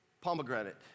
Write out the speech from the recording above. pomegranate